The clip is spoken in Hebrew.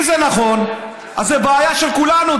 אם זה נכון, אז זאת בעיה של כולנו.